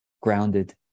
grounded